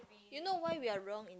you know why we are wrong